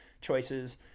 choices